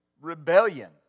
rebellion